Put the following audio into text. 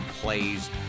plays